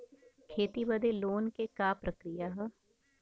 खेती बदे लोन के का प्रक्रिया ह?